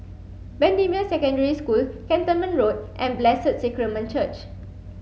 Bendemeer Secondary School Cantonment Road and Blessed Sacrament Church